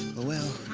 well.